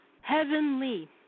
Heavenly